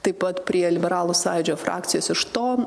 taip pat prie liberalų sąjūdžio frakcijos iš to